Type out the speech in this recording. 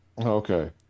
Okay